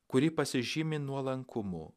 kuri pasižymi nuolankumu